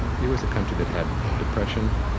here was a country that had depression,